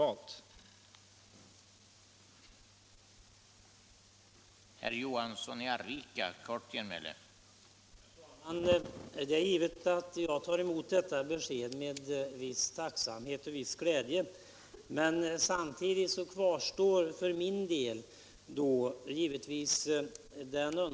politiken Arbetsmarknadspolitiken